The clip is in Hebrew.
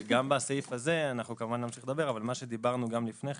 וגם בסעיף הזה מה שדיברנו לפני כן,